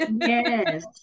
yes